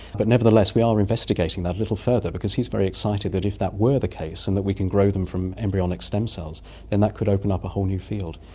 but nevertheless we are investigating that a little further because he's very excited that if that were the case and that we can grow them from embryonic stem cells then that could open up a whole new field.